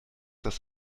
das